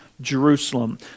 Jerusalem